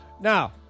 Now